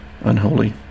unholy